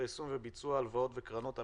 יישום וביצוע הלוואות וקרנות המדינה.